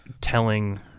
telling